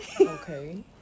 okay